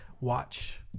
watch